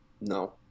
no